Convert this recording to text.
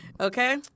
Okay